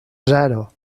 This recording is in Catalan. zero